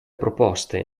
proposte